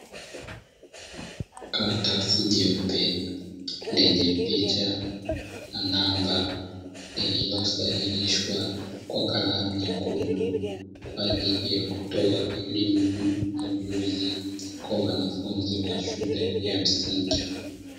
Karatasi jeupe lenye picha na namba lililosahihishwa kwa kalamu nyekundu, kwaajili ya kutoa elimu na ujuzi kwa wanafunzi wa shule ya msingi.